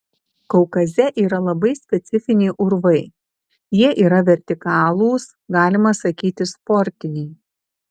kaukaze yra labai specifiniai urvai jie yra vertikalūs galima sakyti sportiniai